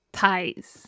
ties